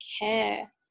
care